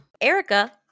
Erica